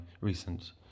recent